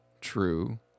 true